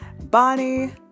Bonnie